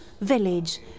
village